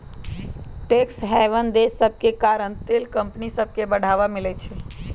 tax haven देश सभके कारण तेल कंपनि सभके बढ़वा मिलइ छै